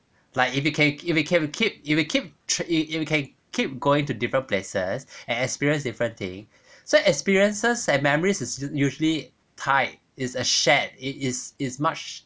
like if you can if you can keep it will keep track you you can you can keep going to different places and experience different thing so experiences and memories is usually tied it's a shared it is it's much